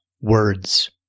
words